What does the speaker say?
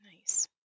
nice